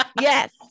Yes